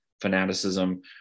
fanaticism